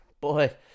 boy